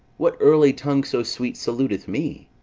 what early tongue so sweet saluteth me?